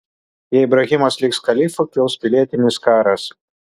jei ibrahimas liks kalifu kils pilietinis karas